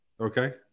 Okay